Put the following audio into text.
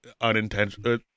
unintentional